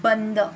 बंद